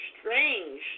strange